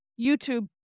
YouTube